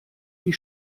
die